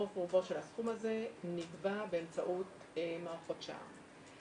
רוב רובו של הסכום הזה נקבע באמצעות מערכות שע"ם.